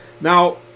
Now